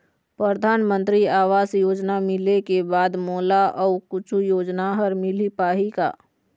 परधानमंतरी आवास योजना मिले के बाद मोला अऊ कुछू योजना हर मिल पाही का?